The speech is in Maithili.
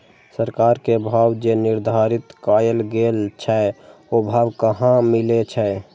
सरकार के भाव जे निर्धारित कायल गेल छै ओ भाव कहाँ मिले छै?